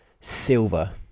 Silver